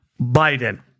Biden